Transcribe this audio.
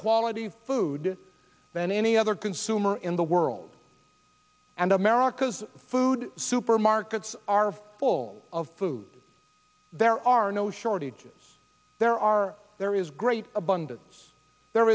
quality food than any other consumer in the world and america's food supermarkets are full of food there are no shortages there are there is great abundance there